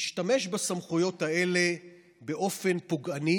ישתמש בסמכויות האלה באופן פוגעני